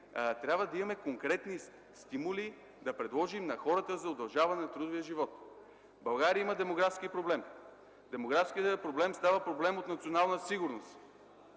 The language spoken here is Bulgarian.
трябва да имаме конкретни стимули, които да предложим на хората за удължаване на трудовия живот. България има демографски проблем. Демографският проблем става проблем за националната сигурност.